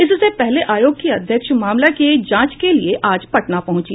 इससे पहले आयोग की अध्यक्ष मामले की जांच के लिए आज पटना पहुंची